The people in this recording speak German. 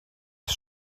ist